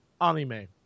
anime